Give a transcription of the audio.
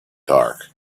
dark